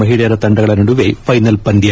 ಮಹಿಳೆಯರ ತಂಡಗಳ ನಡುವೆ ಫೈನಲ್ ಪಂದ್ಯ